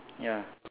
ya